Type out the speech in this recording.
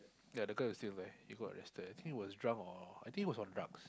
ya the guy was still there he got arrested I think he was drunk or I think he was on drugs